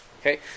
okay